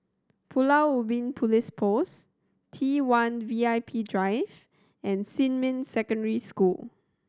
Pulau Ubin Police Post T One V I P Drive and Xinmin Secondary School